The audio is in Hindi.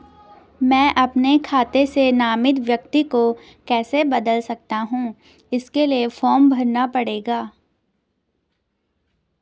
मैं अपने खाते से नामित व्यक्ति को कैसे बदल सकता हूँ इसके लिए फॉर्म भरना पड़ेगा?